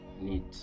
need